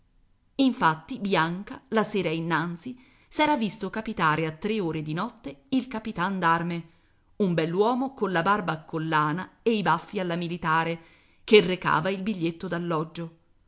infatti bianca la sera innanzi s'era visto capitare a tre ore di notte il capitan d'arme un bell'uomo colla barba a collana e i baffi alla militare che recava il biglietto